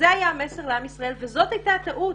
זה היה המסר לעם ישראל וזאת הייתה הטעות.